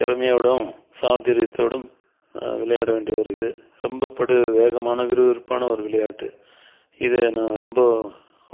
திறமையோடும் சாதுரியத்தோடும் விளையாட வேண்டிய ஒரு இது ரொம்ப படு வேகமான விறுவிறுப்பான ஒரு விளையாட்டு இதை நான் ரொம்ப